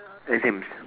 exams